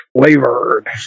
flavored